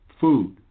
food